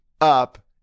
up